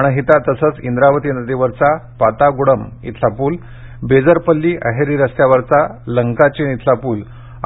प्राणहिता तसंच इंद्रावती नदीवरचा पातागुडम इथला पूल बेजरपल्ली अहेरी रस्त्यावरचा लंकाचेन इथला पूल